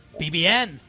BBN